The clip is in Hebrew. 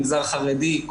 מגזר חרדי,